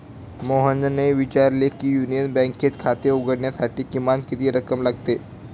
मोहनने विचारले की युनियन बँकेत खाते उघडण्यासाठी किमान किती रक्कम लागते?